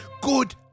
good